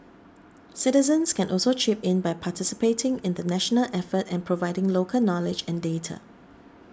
citizens can also chip in by participating in the national effort and providing local knowledge and data